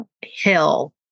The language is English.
Hill